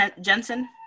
Jensen